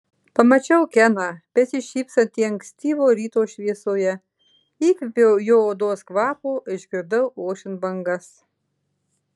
pamačiau keną besišypsantį ankstyvo ryto šviesoje įkvėpiau jo odos kvapo išgirdau ošiant bangas